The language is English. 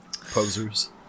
Posers